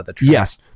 Yes